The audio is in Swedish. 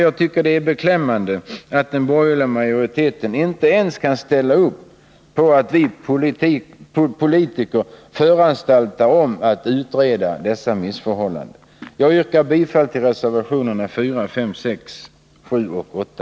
Jag tycker det är beklämmande att den borgerliga majoriteten inte ens kan ställa upp på att vi politiker föranstaltar om att utreda dessa missförhållanden. Jag yrkar bifall till reservationerna 4, 5, 6, 7 och 8.